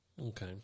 Okay